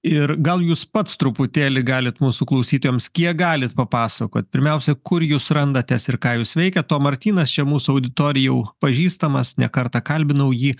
ir gal jūs pats truputėlį galit mūsų klausytojams kiek galit papasakot pirmiausia kur jūs randatės ir ką jūs veikiat o martynas čia mūsų auditorijai jau pažįstamas ne kartą kalbinau jį